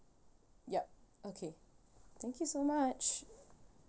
yup okay thank you so much